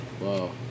Wow